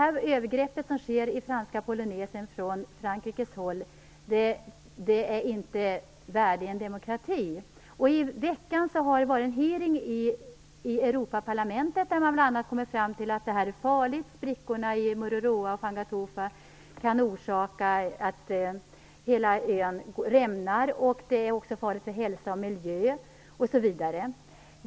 Det övergrepp som sker i franska Polynesien från Frankrikes håll är inte värdigt en demokrati. I veckan har det varit en hearing i Europaparlamentet där man bl.a. har kommit fram till att sprängningarna är farliga. Sprickorna i Mururoa och Fangatofa kan orsaka att hela ön rämnar. Det är också farligt för hälsa och miljö, osv.